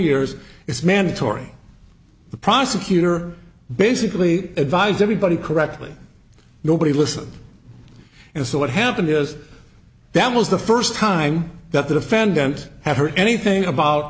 years it's mandatory the prosecutor basically advised everybody correctly nobody listened and so what happened is that was the first time that the defendant had heard anything about